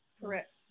Correct